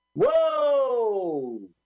Whoa